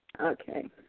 Okay